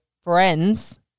friends